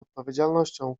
odpowiedzialnością